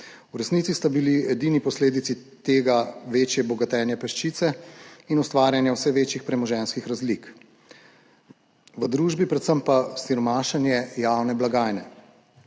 V resnici bo bile edine posledici tega večje bogatenje peščice in ustvarjanje vse večjih premoženjskih razlik v družbi, predvsem pa siromašenje javne blagajne.